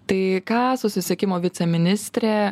tai ką susisiekimo viceministrė